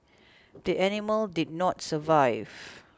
the animal did not survive